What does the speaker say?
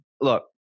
look